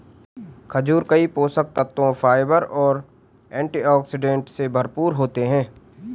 खजूर कई पोषक तत्वों, फाइबर और एंटीऑक्सीडेंट से भरपूर होते हैं